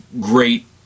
great